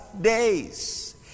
days